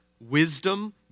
wisdom